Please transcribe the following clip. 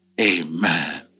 Amen